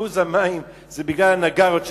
הוא בגלל הניאגרות,